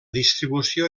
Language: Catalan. distribució